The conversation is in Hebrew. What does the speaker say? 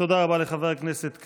הכנסת כץ.